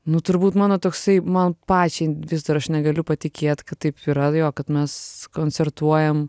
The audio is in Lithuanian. nu turbūt mano toksai man pačiai vis dar aš negaliu patikėt kad taip yra jo kad mes koncertuojam